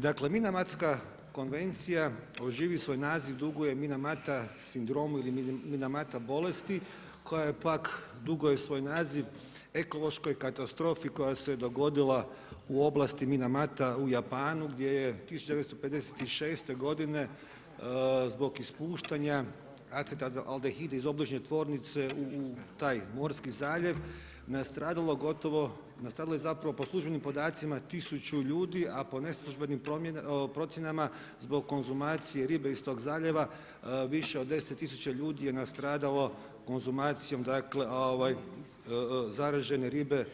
Dakle, Minamatska konvencija o živi svoj naziv duguje Minamata sindromu, ili Minamata bolesti koja je pak duguju svoj naziv ekološkoj katastrofi koja se dogodila u oblasti Minamata u Japanu, gdje 1956. godine zbog ispuštanja acetil aldehid iz obližnje tvornice u taj morski zaljev, nastradalo gotovo, nastradalo je zapravo po službenim podacima 1000 ljudi, a po neslužbenim procjenama zbog konzumacije ribe iz tog zaljeva više od 10 tisuća ljudi je nastradalo konzumacijom zaražene ribe